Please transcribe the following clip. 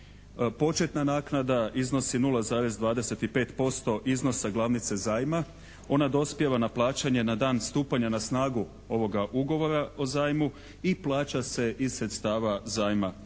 Početna naknada iznosi 0,25% iznosa glavnice zajma. Ona dospijeva na plaćanje na dan stupanja na snagu ovoga Ugovora o zajmu i plaća se iz sredstava zajma.